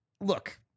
Look